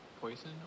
poison